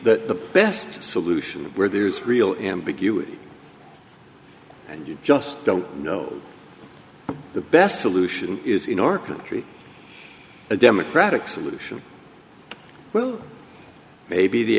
that the best solution of where there is real ambiguity and you just don't know the best solution is in our country a democratic solution group maybe the